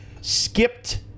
skipped